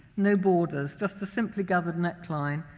no borders, just a simply gathered neckline,